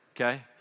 okay